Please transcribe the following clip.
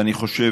ואני חושב,